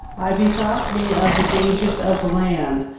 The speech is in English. i bethought me of the dangers of the land,